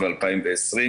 עודד וערן,